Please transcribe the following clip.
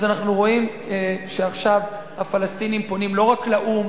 אז אנחנו רואים שעכשיו הפלסטינים פונים לא רק לאו"ם